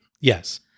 Yes